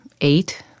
eight